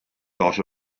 dot